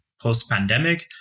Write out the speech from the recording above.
post-pandemic